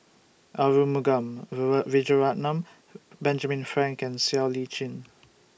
Arumugam Vijiaratnam Benjamin Frank and Siow Lee Chin